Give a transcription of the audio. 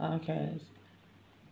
oh okay it's